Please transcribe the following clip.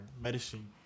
medicine